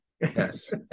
Yes